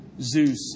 Zeus